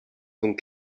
donc